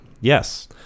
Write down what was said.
yes